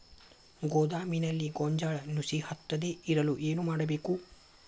ಗೋದಾಮಿನಲ್ಲಿ ಗೋಂಜಾಳ ನುಸಿ ಹತ್ತದೇ ಇರಲು ಏನು ಮಾಡುವುದು?